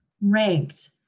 ranked